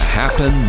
happen